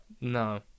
No